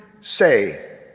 say